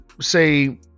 say